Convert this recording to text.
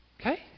Okay